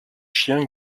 chiens